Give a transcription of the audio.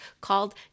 called